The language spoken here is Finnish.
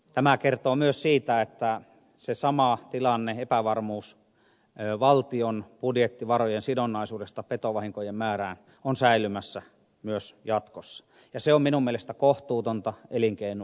tämä kertoo myös siitä että se sama tilanne epävarmuus valtion budjettivarojen sidonnaisuudesta petovahinkojen määrään on säilymässä myös jatkossa ja se on minun mielestäni kohtuutonta elinkeinoa kohtaan